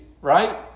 right